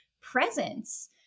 presence